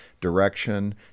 direction